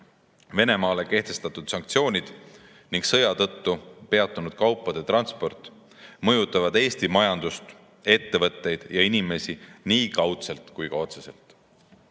Venemaale kehtestatud sanktsioonid ning sõja tõttu peatunud kaupade transport mõjutavad Eesti majandust, ettevõtteid ja inimesi nii kaudselt kui ka otseselt.